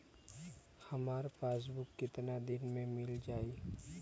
हमार पासबुक कितना दिन में मील जाई?